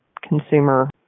consumer